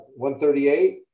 138